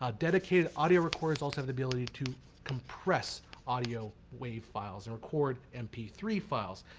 ah dedicated audio recorders also have the ability to compress audio wave files and record m p three files.